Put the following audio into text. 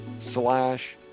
slash